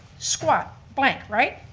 squat, blank, right?